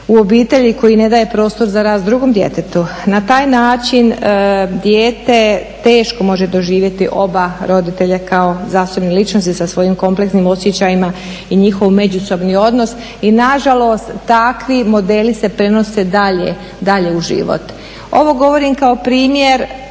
u obitelji koji ne daje prostor za rast drugom djetetu, na taj način dijete teško može doživjeti oba roditelja kao zasebne ličnosti sa svojim kompleksnim osjećajima i njihov međusobni odnos i nažalost takvi modeli se prenose dalje u život. Ovo govorim kao primjer